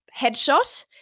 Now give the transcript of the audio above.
headshot